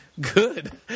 Good